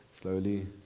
Slowly